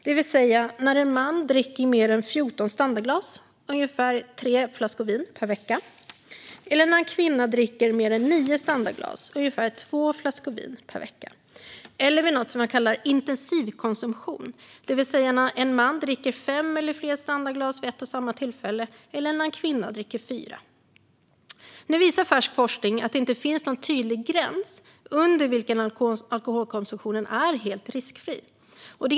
För en man innebär detta att dricka mer än 14 standardglas - ungefär tre flaskor vin - per vecka. För en kvinna innebär det att dricka mer än nio standardglas - ungefär två flaskor vin - per vecka. Riskbruk innefattar också något som man kallar intensivkonsumtion - när en man dricker fem eller fler standardglas vid ett och samma tillfälle eller när en kvinna dricker fyra. Nu visar färsk forskning att det inte finns någon tydlig gräns under vilken alkoholkonsumtion är helt riskfri.